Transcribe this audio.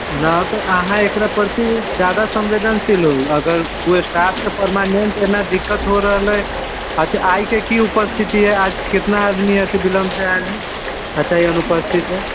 ना तऽ अहाँ एकरा परती जादा संवेदनशील होउ अगर कोइ स्टाप के परमानेंट होइमे दिक्कत हो रहलै अथी आइ के की उपस्तिथि हय आज केतना आदमी विलम्ब सऽ आयल हय बताइयो ने उपस्तिथि